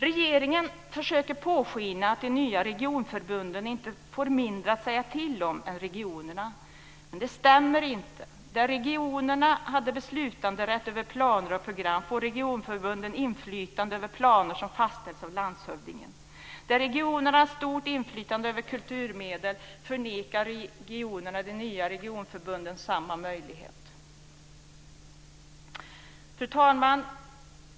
Regeringen låter påskina att de nya regionförbunden inte får mindre att säga till om än regionerna. Det stämmer inte. Där regionerna hade beslutanderätt över planer och program får regionförbunden inflytande över planer som fastställs av landshövdingen. Regionerna har stort inflytande över kulturmedel, men regeringen förnekar de nya regionförbunden samma möjlighet. Fru talman!